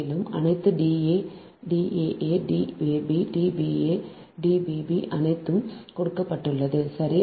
மேலும் அனைத்து D a a D a b D b a D b b அனைத்தும் கொடுக்கப்பட்டுள்ளன சரி